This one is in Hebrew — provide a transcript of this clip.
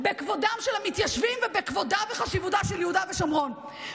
בכבודם של המתיישבים ובכבודם ובחשיבותם של יהודה ושומרון.